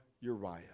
Uriah